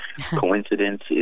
Coincidence